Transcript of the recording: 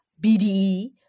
BDE